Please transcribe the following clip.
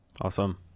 Awesome